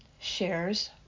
shares